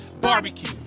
barbecue